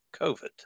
COVID